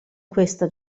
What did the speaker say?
questa